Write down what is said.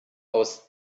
aus